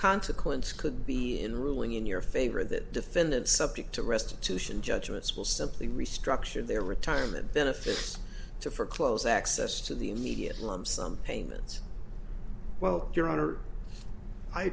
consequence could be in ruling in your favor that defendant subject to restitution judgments will simply restructure their retirement benefits to for close access to the immediate lump sum payments well your hon